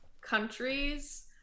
countries